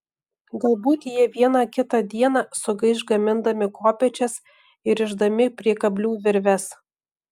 galbūt jie vieną kitą dieną sugaiš gamindami kopėčias ir rišdami prie kablių virves